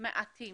מעטים.